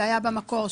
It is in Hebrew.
שהיה במקור,